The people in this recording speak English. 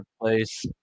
place